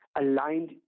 aligned